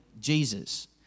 Jesus